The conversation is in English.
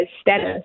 status